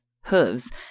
hooves